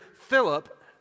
Philip